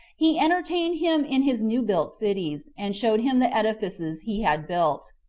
he entertained him in his new-built cities, and showed him the edifices he had built,